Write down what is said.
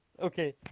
Okay